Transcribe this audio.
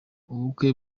ubukwe